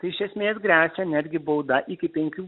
tai iš esmės gresia netgi bauda iki penkių